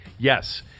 Yes